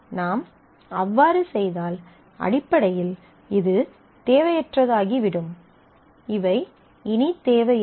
நாம் அவ்வாறு செய்தால் அடிப்படையில் இது தேவையற்றதாகிவிடும் இவை இனி தேவையில்லை